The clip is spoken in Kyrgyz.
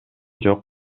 жок